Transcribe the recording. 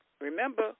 remember